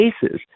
cases